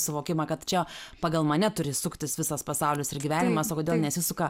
suvokimą kad čia pagal mane turi suktis visas pasaulis ir gyvenimas o kodėl nesisuka